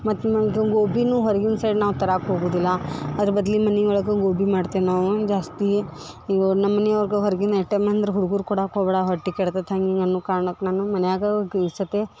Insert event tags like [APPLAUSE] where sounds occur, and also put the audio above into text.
ಮತ್ತು ನಮ್ಗ ಒಂದು ಗೋಬಿನು ಹೊರಗಿನ ಸೈಡ್ ನಾವು ಥರಕ್ ಹೋಗುದಿಲ್ಲಾ ಅದ್ರ ಬದ್ಲಿ ಮನಿಯೊಳಗೆ ಗೋಬಿ ಮಾಡ್ತೇವೆ ನಾವು ಜಾಸ್ತಿ ಈಗ ನಮ್ಮನಿ ಅವ್ರ್ಗ ಹೊರ್ಗಿನ ಐಟಮ್ ಅಂದ್ರ ಹುಡುಗುರ್ಗ ಕೊಡಾಕೆ ಹೊಗಬೇಡ ಹೊಟ್ಟಿ ಕೆಡ್ತೈತಿ ಹಂಗೆ ಹಿಂಗೆ ಅನ್ನು ಕಾರ್ಣಕ್ಕೆ ನಾನು ಮನ್ಯಾಗ [UNINTELLIGIBLE]